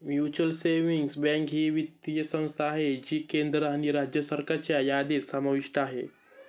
mutual savings bank ही एक वित्तीय संस्था आहे जी केंद्र आणि राज्य सरकारच्या यादीत समाविष्ट आहे